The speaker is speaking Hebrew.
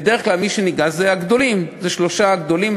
בדרך כלל מי שניגש זה שלושת הגדולים.